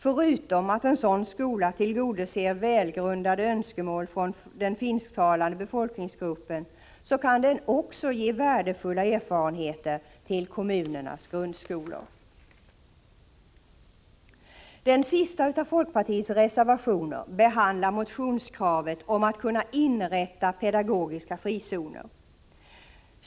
Förutom att en sådan skola tillgodoser välgrundade önskemål från den finsktalande befolkningsgruppen kan den också ge värdefulla erfarenheter till kommunernas grundskolor. Den sista av folkpartiets reservationer behandlar motionskravet om inrättande av pedagogiska frizoner.